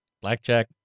blackjack